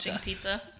pizza